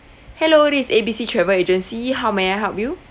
hello this is A B C travel agency how may I help you